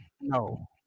No